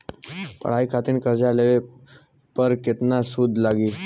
पढ़ाई खातिर कर्जा लेवे पर केतना सूद लागी?